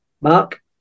Mark